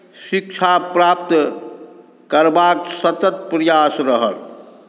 शिक्षा प्राप्त करबाक सतत प्रयास रहल